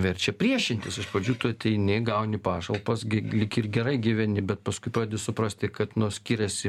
verčia priešintis iš pradžių tu ateini gauni pašalpas lyg ir gerai gyveni bet paskui pradedi suprasti kad nu skiriasi